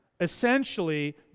Essentially